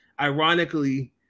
ironically